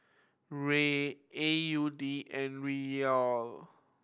Riel A U D and Riyal